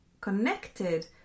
connected